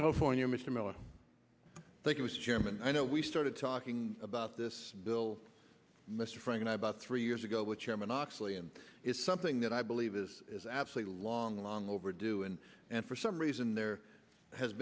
california mr miller i think it was chairman i know we started talking about this bill mr franken about three years ago with chairman oxley and it's something that i believe is is absolutely long long overdue and and for some reason there has